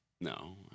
no